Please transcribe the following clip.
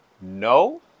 No